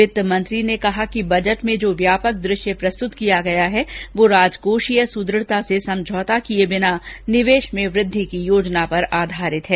वित्तमंत्री ने कहा कि बजट में जो व्यापक दृश्य प्रस्तुत किया गया है वह राजकोषीय सुद्रढता से समझौता किये बिना निवेश में वृद्धि की योजना पर आधारित है